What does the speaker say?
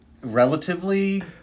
Relatively